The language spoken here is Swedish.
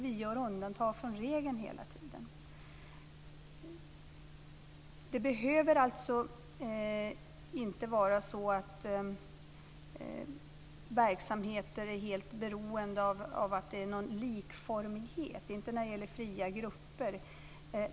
Man gör hela tiden undantag från regeln. Det behöver alltså inte vara så att verksamheter är helt beroende av en likformighet, inte när det gäller fria grupper.